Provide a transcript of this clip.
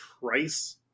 price